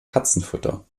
katzenfutter